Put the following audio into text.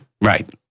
Right